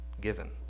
given